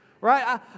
Right